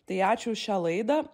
tai ačiū už šią laidą